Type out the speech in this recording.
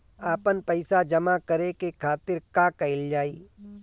आपन पइसा जमा करे के खातिर का कइल जाइ?